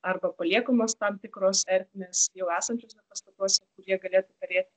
arba paliekamos tam tikrose nes jau esančiuose pastatuose kurie galėtų perėti